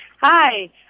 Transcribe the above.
hi